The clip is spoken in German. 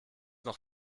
noch